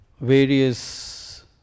various